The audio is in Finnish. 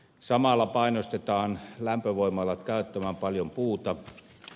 samalla painostetaan lämpövoimalat käyttämään paljon puuta